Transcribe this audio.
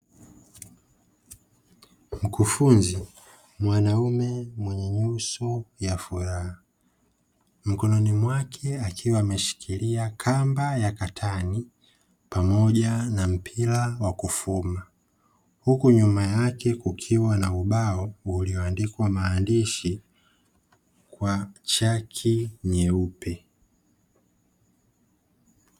Mkufunzi mwanaume mwenye nyuso ya furaha mkononi mwake akiwa ameshikilia kamba ya katani pamoja na mpira wa kufuma huku nyuma yake kukiwa na ubao ulioandikwa maandishi kwa chaki nyeupe.